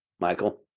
Michael